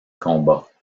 combat